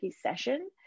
session